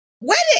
wedding